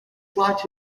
plot